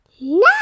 No